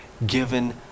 given